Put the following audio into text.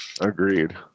Agreed